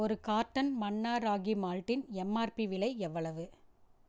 ஒரு கார்ட்டன் மன்னா ராகி மால்ட்டின் எம்ஆர்பி விலை எவ்வளவு